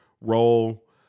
role